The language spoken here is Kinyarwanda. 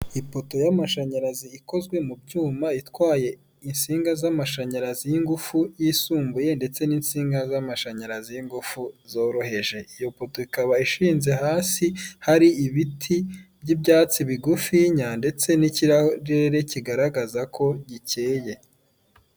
Ipoto y'amashanyarazi ikozwe mu byuma itwaye insinga z'amashanyarazi y'ingufu yisumbuye ndetse n'insinga z'amashanyarazi y'ingufu zoroheje iyo poto ikaba ishinze hasi hari ibiti by'ibyatsi bigufiya ndetse n'ikirere kigaragaza ko gikeye .